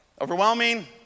overwhelming